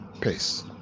Peace